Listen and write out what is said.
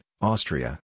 Austria